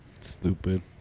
Stupid